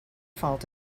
fault